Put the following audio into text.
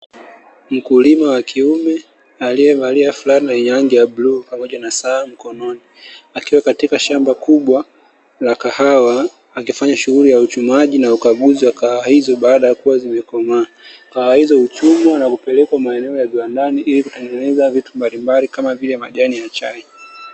Mkulima wa kiume, aliyevalia flana yenye rangi ya bluu pamoja na saa mkononi, akiwa katika shamba kubwa la kahawa, akifanya shughuli ya uchumaji na uchambuzi wa kahawa hizo baada ya kuwa zimekomaa. Kahawa hizo huchumwa na kupelekwa maeneo ya viwandani ili kutengeneza vitu mbalimbali kama vile majani ya chai.